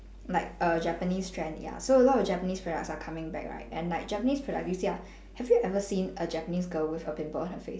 like a japanese trend ya so a lot of japanese trends are coming back right and like japanese product you see ah have you ever seen a japanese girl with a pimple on her face